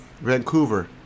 Vancouver